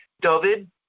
David